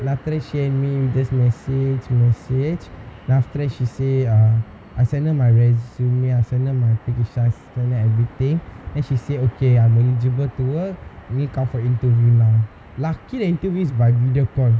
then after that she and me we just messaged messaged then after that she said uh I sent her my resume I sent her my application I sent her everything then she said okay I'm eligible to work need to come for interview now lucky the interview is by video con